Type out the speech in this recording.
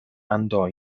andò